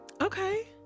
Okay